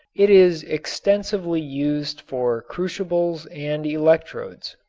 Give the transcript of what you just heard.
it is extensively used for crucibles and electrodes.